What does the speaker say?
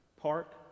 park